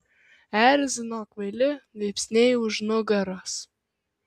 erzino kvaili vypsniai už nugaros